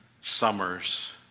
summers